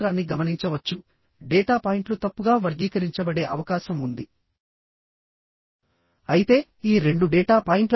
ఇక్కడ ఈ దిశలో ఫెయిల్యూర్ అవడానికి అవకాశం ఉంది అది 1 1